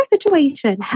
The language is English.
situation